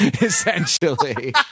essentially